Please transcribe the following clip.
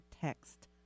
text